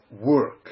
work